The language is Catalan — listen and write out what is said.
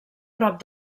prop